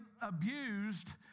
abused